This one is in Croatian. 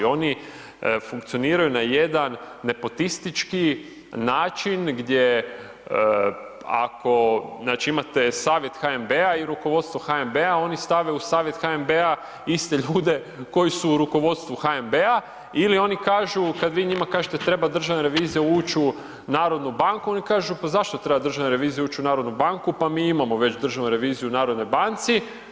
Oni funkcioniraju na jedan nepotistički način, gdje, ako imate savjet HNB-a i rukovodstvo HNB-a, oni stave u savjet HNB-a iste ljude koji su u rukovodstvu HNB-a ili oni kažu, kada vi njima kažete treba državna revizija ući u Narodnu banku, oni kažu pa zašto treba Državna revizija ući u Narodnu banku, pa mi imamo već Državnu reviziju u Narodnoj banci.